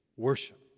worship